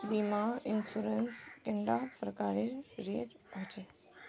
बीमा इंश्योरेंस कैडा प्रकारेर रेर होचे